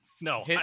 No